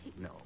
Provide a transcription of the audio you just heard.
No